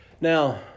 Now